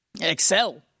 excel